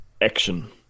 action